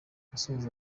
asuhuza